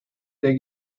the